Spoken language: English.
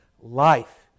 Life